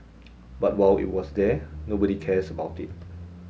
but while it was there nobody cares about it